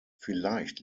vielleicht